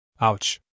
Ouch